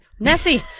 Nessie